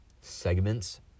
segments